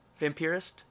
Vampirist